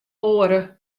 oare